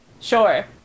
Sure